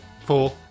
four